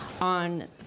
on